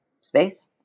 space